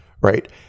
right